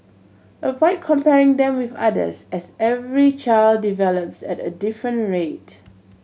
avoid comparing them with others as every child develops at a different rate